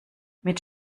mit